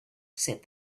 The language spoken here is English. said